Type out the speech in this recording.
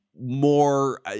more